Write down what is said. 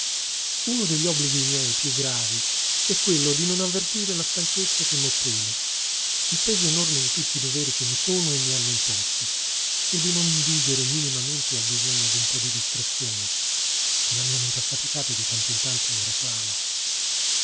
uno degli obblighi miei piú gravi è quello di non avvertire la stanchezza che m'opprime il peso enorme di tutti i doveri che mi sono e mi hanno imposto e di non indulgere minimamente al bisogno di un po di distrazione che la mia mente affaticata di tanto in tanto reclama